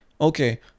Okay